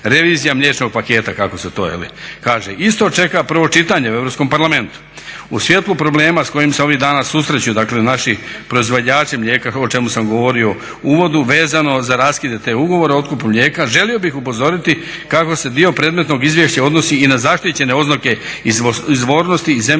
revizija mliječnog paketa kako se to kaže isto čeka prvo čitanje u Europskom parlamentu. U svjetlu problema s kojim se ovih dana susreću, dakle naši proizvođači mlijeka o čemu sam govorio u uvodu vezano za raskide tih ugovora, otkupu mlijeka želio bih upozoriti kako se dio predmetnog izvješća odnosi i na zaštićene oznake izvornosti i zemljopisnog